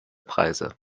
preise